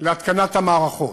להתקנת המערכות.